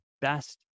best